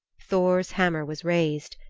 thor's hammer was raised.